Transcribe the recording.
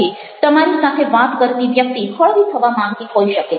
તમારી સાથે વાત કરતી વ્યક્તિ હળવી થવા માંગતી હોઈ શકે